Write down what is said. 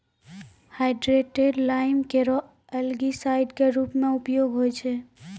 hydrated lime केरो algicide क रूप म उपयोग होय छै